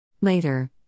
Later